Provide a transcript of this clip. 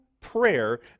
prayer